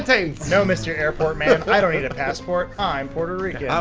ah you know mister airport man, i don't need a passport, i'm puerto rican.